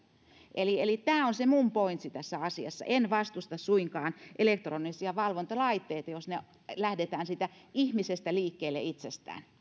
eli eli tämä on se minun pointsini tässä asiassa en vastusta suinkaan elektronisia valvontalaitteita jos lähdetään siitä ihmisestä itsestään